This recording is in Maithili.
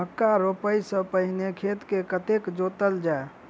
मक्का रोपाइ सँ पहिने खेत केँ कतेक जोतल जाए?